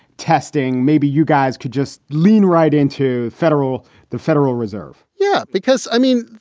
testing, maybe you guys could just lean right into federal the federal reserve yeah. because, i mean,